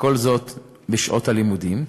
וכל זאת בשעות הלימודים,